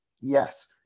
yes